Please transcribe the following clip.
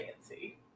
Fancy